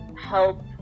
help